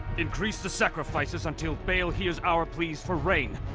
increase the sacrifices until baal hears our pleas for rain!